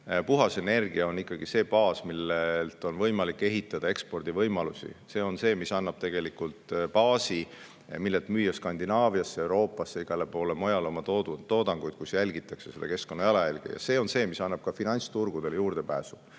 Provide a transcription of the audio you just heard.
Puhas energia on see baas, millelt on võimalik ehitada ekspordi võimalusi. See on see, mis annab tegelikult baasi, millelt müüa oma toodangut Skandinaaviasse, Euroopasse ja igale poole mujale, kus jälgitakse keskkonnajalajälge, ja see on see, mis annab ka finantsturgudele juurdepääsu,